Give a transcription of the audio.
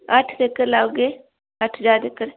अट्ठ तक्कर लाई ओड़गे अट्ठ ज्हार तक्कर